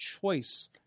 choice